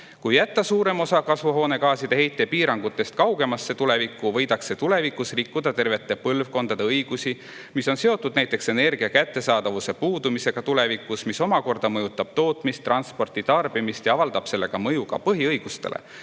Kui jätta suurem osa kasvuhoonegaaside heite piirangutest kaugemasse tulevikku, võidakse tulevikus rikkuda tervete põlvkondade õigusi, mis on seotud näiteks energia kättesaadavuse puudumisega tulevikus, mis omakorda mõjutab tootmist, transporti, tarbimist ja avaldab sellega mõju ka põhiõigustele,